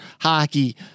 hockey